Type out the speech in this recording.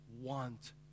want